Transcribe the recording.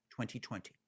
2020